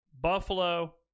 Buffalo